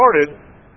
started